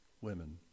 women